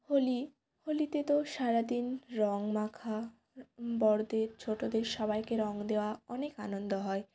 হোলি হোলিতে তো সারা দিন রং মাখা বড়দের ছোটদের সবাইকে রং দেওয়া অনেক আনন্দ হয়